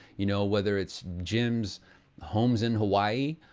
you know, whether it's jim's homes in hawaii,